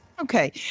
Okay